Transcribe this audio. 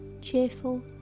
cheerful